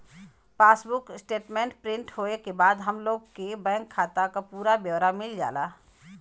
passbook statement print होये के बाद हम लोग के बैंक खाता क पूरा ब्यौरा मिल जाला